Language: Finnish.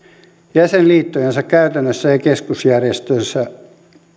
jäsenliittojensa käytännöistä ei keskusjärjestöissä